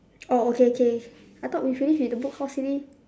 oh okay okay I thought we finish with the book house already